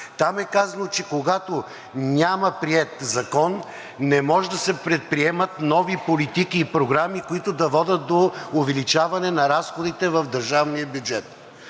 Там е казано, че когато няма приет закон, не може да се предприемат нови политики и програми, които да водят до увеличаване на разходите в държавния бюджет.